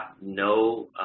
no